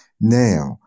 now